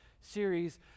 series